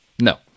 no